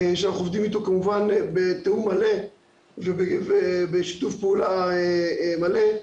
שאנחנו עובדים איתו כמובן בתיאום ובשיתוף פעולה מלא,